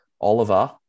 Oliver